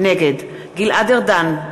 נגד גלעד ארדן,